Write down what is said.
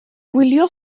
gwylio